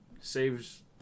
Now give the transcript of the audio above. saves